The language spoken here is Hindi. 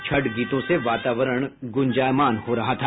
छठ गीतों से वातावरण गुंजायमान हो रहा था